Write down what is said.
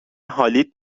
حالیت